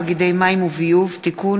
הצעת חוק תאגידי מים וביוב (תיקון,